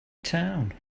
town